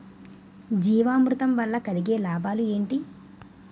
జీవామృతం వల్ల కలిగే లాభాలు ఏంటి?